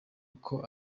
uko